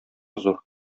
зур